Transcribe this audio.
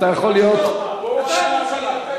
אתה יכול להיות, חוצפן.